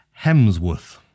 Hemsworth